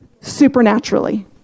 supernaturally